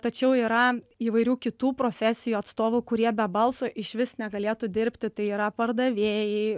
tačiau yra įvairių kitų profesijų atstovų kurie be balso išvis negalėtų dirbti tai yra pardavėjai